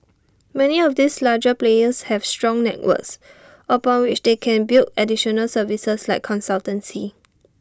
many of these larger players have strong networks upon which they can build additional services like consultancy